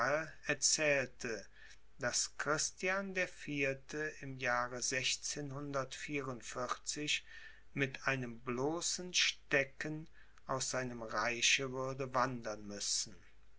erzählte daß christian der vierte im jahre mit einem bloßen stecken aus seinem reiche würde wandern müssen